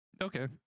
Okay